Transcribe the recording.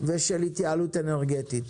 ושל התייעלות אנרגטית.